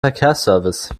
verkehrsservice